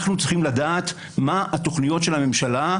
אנחנו צריכים לדעת מה התוכניות של הממשלה.